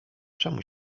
czemu